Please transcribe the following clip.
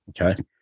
okay